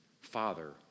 father